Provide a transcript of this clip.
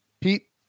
Pete